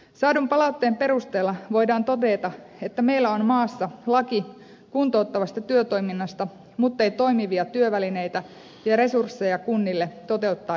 saadun palautteen perusteella voidaan todeta että meillä on maassa laki kuntouttavasta työtoiminnasta muttei toimivia työvälineitä ja resursseja kunnille toteuttaa itse lakia